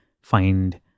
find